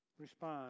respond